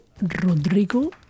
Rodrigo